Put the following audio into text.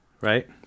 right